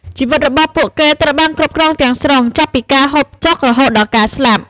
ជីវិតរបស់ពួកគេត្រូវបានគ្រប់គ្រងទាំងស្រុង ចាប់ពីការហូបចុក រហូតដល់ការស្លាប់។